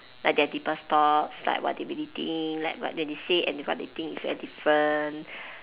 like their deepest thoughts like what they really think like what they say and what they think is very different